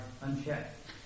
unchecked